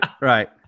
right